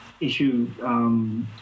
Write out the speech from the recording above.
issue